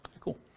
Cool